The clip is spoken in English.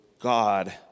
God